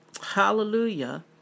Hallelujah